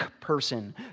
person